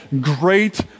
great